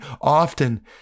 often